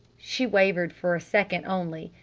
she wavered for a second only,